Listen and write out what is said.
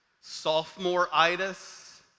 sophomore-itis